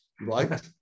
Right